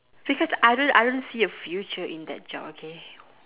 because I don't I don't see a future in that job okay